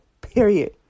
period